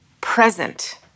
present